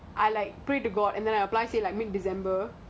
I like pray to god and then I apply say like mid december